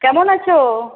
কেমন আছো